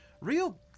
Real